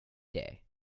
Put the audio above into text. day